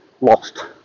lost